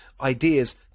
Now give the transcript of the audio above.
ideas